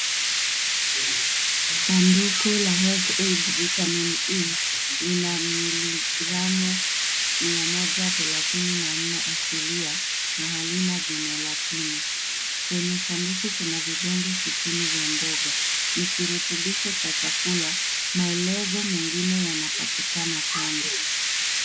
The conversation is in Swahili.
Sanduku la Health aid vitamin E lina miligramu 134 asilia na halina gelatine . Kwenye sanduku kuna vidonge sitini vya mboga. Ni kirutubisho cha chakula. Maelezo mengine yanapatikana kando.